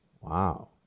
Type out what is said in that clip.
Wow